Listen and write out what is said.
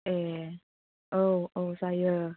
ए औ औ जायो